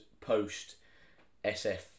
post-SF